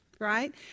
right